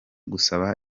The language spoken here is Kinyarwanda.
gusaba